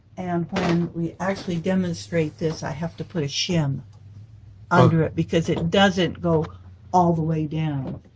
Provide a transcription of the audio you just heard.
and when we actually demonstrate this, i have to put a shim under it, because it doesn't go all the way down.